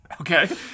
Okay